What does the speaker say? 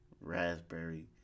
raspberry